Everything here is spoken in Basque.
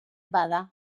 bada